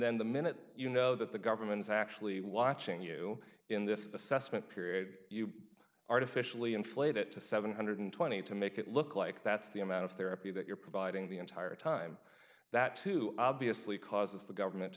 then the minute you know that the government's actually watching you in this assessment period you artificially inflate it to seven hundred and twenty dollars to make it look like that's the amount of therapy that you're providing the entire time that too obviously causes the government to